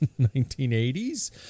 1980s